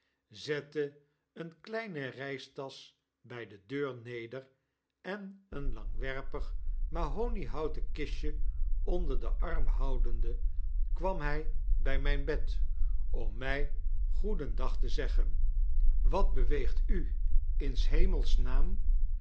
zette eene kleine reistasch bi de deur neder en een langwerpig mahoniehouten kistje onder den arm houdende kwam hij by myn bed om my goedendag te zeggen wat beweegt u in